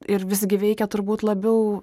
ir visgi veikia turbūt labiau